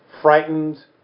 frightened